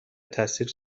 تاثیری